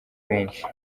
benshi